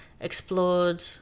explored